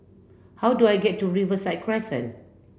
how do I get to Riverside Crescent